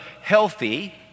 healthy